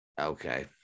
Okay